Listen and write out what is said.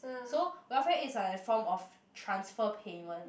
so welfare aids like a form of transfer payment